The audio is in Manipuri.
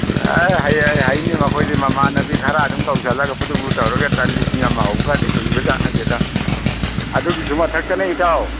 ꯑꯦ ꯍꯩꯅꯤ ꯃꯈꯣꯏꯗꯤ ꯃꯃꯥꯟꯅꯕꯤ ꯈꯔ ꯑꯗꯨꯝ ꯀꯧꯁꯤꯜꯂꯒ ꯐꯨꯗꯨꯕꯨ ꯇꯧꯔꯒ ꯇꯜ ꯂꯤꯁꯤꯡ ꯑꯃ ꯍꯧꯕ ꯀꯥꯗꯨ ꯀꯨꯏꯕꯖꯥꯠ ꯅꯠꯇꯦꯗ ꯑꯗꯨꯒꯤꯁꯨ ꯃꯊꯛꯇꯅꯦ ꯏꯇꯥꯎ